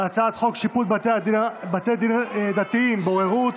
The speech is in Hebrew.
הצעת חוק שיפוט בתי דין דתיים (בוררות)